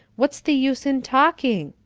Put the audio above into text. what's the use in talking?